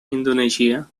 indonesia